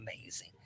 amazing